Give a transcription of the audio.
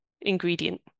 ingredient